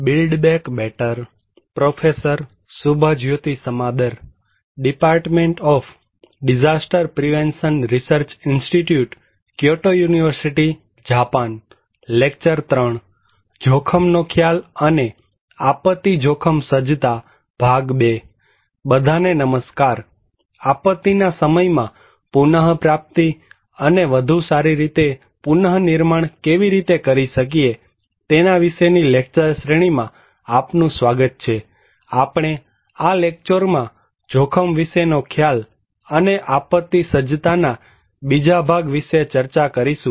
બધાને નમસ્કાર આપત્તિના સમયમાં પુનઃપ્રાપ્તિ અને વધુ સારી રીતે પુનર્નિર્માણ કેવી રીતે કરી શકીએ તેના વિશેની લેક્ચર શ્રેણીમાં આપનું સ્વાગત છેઆપણે આ લેક્ચરમાં જોખમ વિશેનો ખ્યાલ અને આપત્તિ સજ્જતાના બીજા ભાગ વિષે ચર્ચા કરીશું